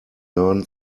learn